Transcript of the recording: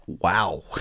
Wow